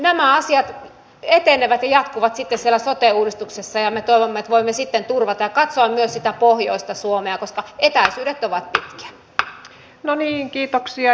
nämä asiat etenevät ja jatkuvat sitten siellä sote uudistuksessa ja me toivomme että voimme sitten turvata ja katsoa myös sitä pohjoista suomea koska etäisyydet ovat pitkiä